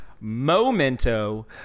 Memento